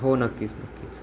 हो नक्कीच नक्कीच